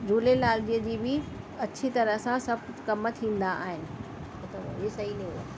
झूलेलाल जे जीअ बि अछी तरह सां सभु कम थींदा आहिनि